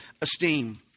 esteem